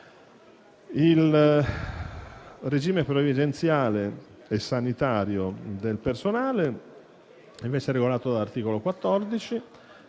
Il regime previdenziale e sanitario del personale è regolato dall'articolo 14,